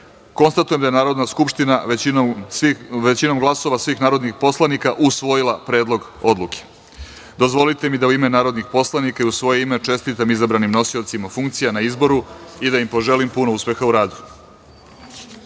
poslanika. Konstatujem da je Narodna skupština većinom glasova svih narodnih poslanika usvojila Predlog odluke. Dozvolite mi da u ime narodnih poslanika i u svoje ime čestitam izbranim nosiocima funkcija na izboru i da im poželim puno uspeha u